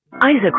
Isaac